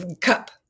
cup